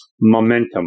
momentum